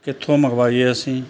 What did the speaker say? ਕਿੱਥੋਂ ਮੰਗਵਾਈਏ ਅਸੀਂ